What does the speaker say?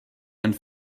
and